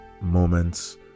moments